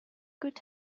good